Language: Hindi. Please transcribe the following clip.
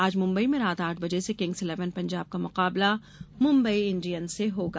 आज मुम्बई में रात आठ बजे से किंग्स इलेवन पंजाब का मुकाबला मुम्बई इंडियन्स से होगा